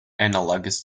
analogous